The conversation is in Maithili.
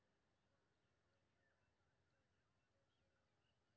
एक दिन में कतेक तक भुगतान कै सके छी